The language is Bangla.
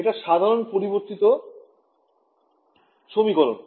এটা সাধারণ পরিবর্তিত সমীকরণ